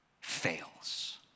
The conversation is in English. fails